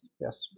yes